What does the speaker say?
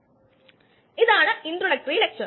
ഇത് നേരത്തെ ഉണ്ടായ അതെ ഇക്വഷൻ ആണ്